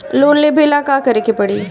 Loan लेबे ला का करे के पड़ी?